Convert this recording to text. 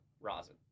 rosin